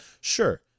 sure